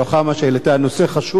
שהעלתה נושא חשוב זה.